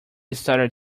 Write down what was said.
started